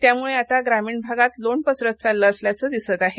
त्यामुळे आता ग्रामीण भागात लोण पसरत चाललं असल्याचं दिसतं आहे